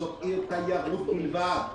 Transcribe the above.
זאת עיר תיירות בלבד.